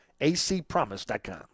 acpromise.com